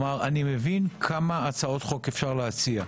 אני מבין כמה הצעות חוק אפשר להציע,